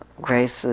Grace